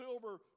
silver